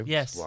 Yes